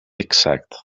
exact